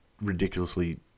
ridiculously